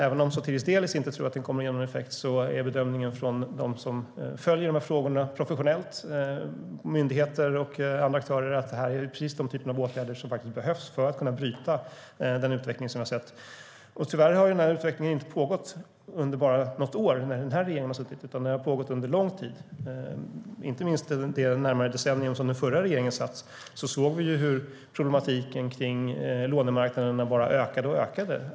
Även om Sotiris Delis inte tror att den kommer att ge någon effekt är bedömningen från dem som följer de här frågorna professionellt - myndigheter och andra aktörer - att det här är precis den typ av åtgärder som behövs för att kunna bryta den utveckling vi sett. Tyvärr har denna utveckling inte pågått under bara något år, då den här regeringen suttit, utan den har pågått under lång tid. Inte minst då den förra regeringen satt, under närmare ett decennium, såg vi hur problematiken kring lånemarknaderna bara ökade och ökade.